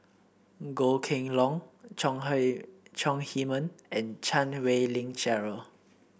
Goh Kheng Long Chong Chong Heman and Chan Wei Ling Cheryl